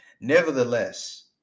Nevertheless